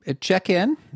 check-in